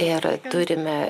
ir turime